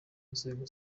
nzego